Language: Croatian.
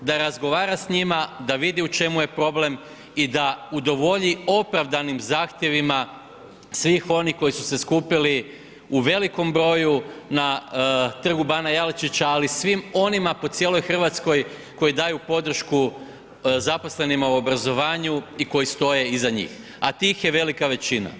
Da razgovara s njima da vidi u čemu je problem i da udovolji opravdanim zahtjevima svih onih koji su se skupili u velikom broju na Trgu bana Jelačića, ali i svim onima po cijeloj Hrvatskoj koji daju podršku zaposlenima u obrazovanju i koji stoje iza njih, a tih je velika većina.